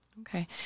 Okay